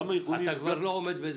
גם הארגונים --- אתה כבר לא עומד בזה.